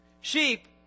Sheep